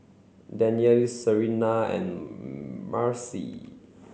Danyelle Serena and Marcie